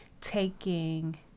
taking